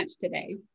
today